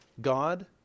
God